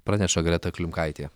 praneša greta klimkaitė